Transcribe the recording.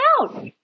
out